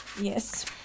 Yes